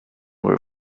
were